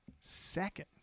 second